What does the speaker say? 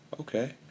okay